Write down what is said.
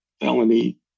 felony